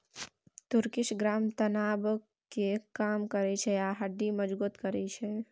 तुर्किश ग्राम तनाब केँ कम करय छै आ हड्डी मजगुत करय छै